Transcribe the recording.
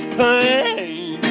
pain